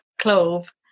clove